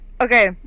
okay